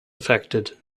affected